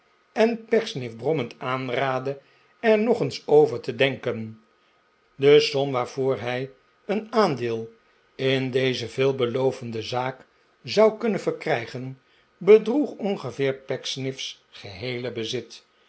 en pecksniff brommend aanraadde er nog eens over te denken de som waarvoor hij een aandeel in deze veelbelovende zaak zou kunnen verkrijgen bedroeg ongeveer pecksniff's geheele bezit